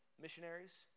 missionaries